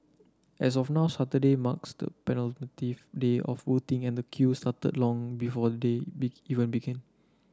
as of now Saturday marks the day of voting and queue started long before the day be even began